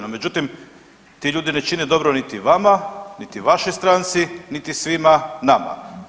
No, međutim ti ljudi ne čine dobro niti vama, niti vašoj stranci, niti svima nama.